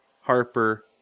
Harper